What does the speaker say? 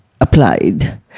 applied